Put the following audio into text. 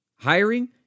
Hiring